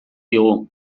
digu